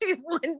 one